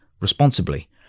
responsibly